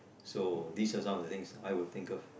so these are some of the things I would think of